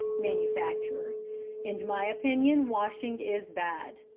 manufacturer in my opinion washing is bad,